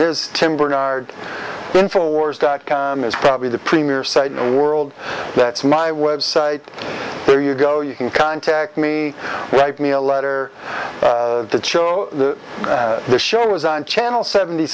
is tim bernard infowars dot com is probably the premier site in the world that's my website there you go you can contact me write me a letter that show the the show is on channel seventy